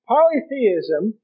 Polytheism